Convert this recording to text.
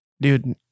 dude